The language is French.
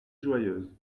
joyeuse